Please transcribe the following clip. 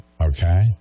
Okay